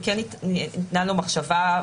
וכן ניתנה לו מחשבה,